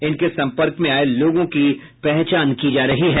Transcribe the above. इनके संपर्क में आये लोगों की पहचान की जा रही है